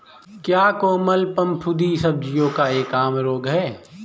क्या कोमल फफूंदी सब्जियों का एक आम रोग है?